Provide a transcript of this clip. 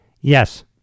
yes